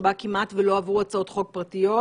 שבה כמעט שלא עברו הצעות חוק פרטיות.